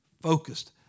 focused